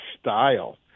style